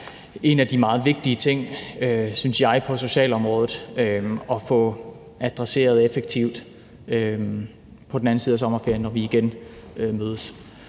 en af de meget vigtige ting, synes jeg, på socialområdet at få adresseret effektivt på den anden side af sommerferien, når vi igen mødes.